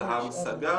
אז ההמשגה,